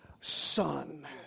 son